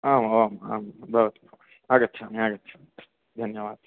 आम् आवां आम् भवतु आगच्छामि आगच्छामि धन्यवादः